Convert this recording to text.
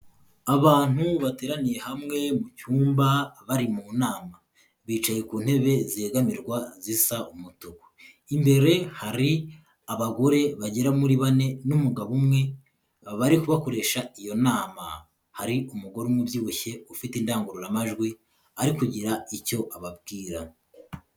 Abantu bateraniye hamwe mu cyumba bari mu nama. Bicaye ku ntebe zegamirwa zisa umutuku. Imbere hari abagore bagera muri bane n'umugabo umwe bari bakoresha iyo nama. Hari umugore ubyibushye ufite indangururamajwi ari kugira icyo ababwira.